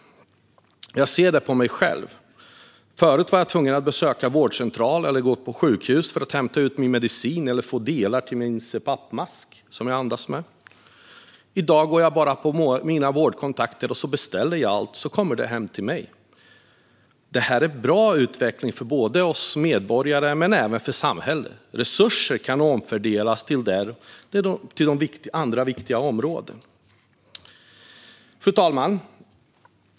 Jag ser detta hos mig själv. Förut var jag tvungen att besöka vårdcentralen eller sjukhuset för att hämta ut min medicin eller få delar till min CPAP-mask, som jag andas med. I dag går jag bara in på Mina vårdkontakter och beställer allt, och så kommer det hem till mig. Det är en utveckling som är bra för oss medborgare men även för samhället, då resurserna kan omfördelas till andra viktiga områden. Fru talman!